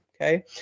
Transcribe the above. okay